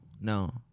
no